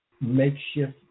makeshift